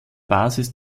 basis